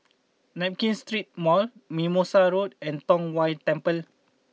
Nankin Street Mall Mimosa Road and Tong Whye Temple